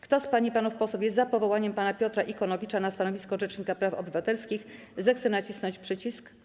Kto z pań i panów posłów jest za powołaniem pana Piotra Ikonowicza na stanowisko rzecznika praw obywatelskich, zechce nacisnąć przycisk.